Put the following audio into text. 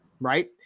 right